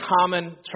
common